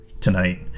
tonight